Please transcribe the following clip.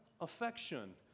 affection